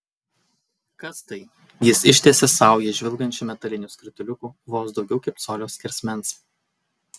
kas tai jis ištiesė saują žvilgančių metalinių skrituliukų vos daugiau kaip colio skersmens